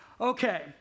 Okay